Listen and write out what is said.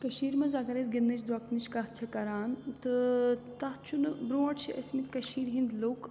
کٔشیٖر منٛز اگر أسۍ گِنٛدنٕچ درۄکنٕچ کَتھ چھِ کَران تہٕ تَتھ چھُنہٕ برونٛٹھ چھِ ٲسۍ مٕتۍ کٔشیٖر ہِنٛدۍ لُکھ